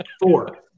four